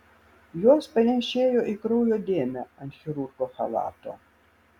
jos panėšėjo į kraujo dėmę ant chirurgo chalato